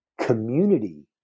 community